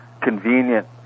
convenient